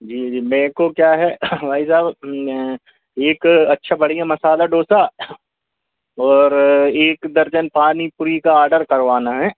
जी जी मेरे को क्या है भाई साब एक अच्छा बढ़ियाँ मसाला डोसा और एक दर्जन पानी पूड़ी का ऑर्डर करवाना है